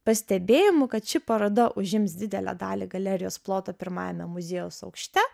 pastebėjimu kad ši paroda užims didelę dalį galerijos ploto pirmajame muziejaus aukšte